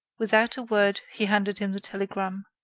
without a word, he handed him the telegram.